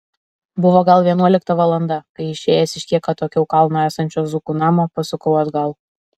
buvo gal vienuolikta valanda kai išėjęs iš kiek atokiau kalno esančio zukų namo pasukau atgal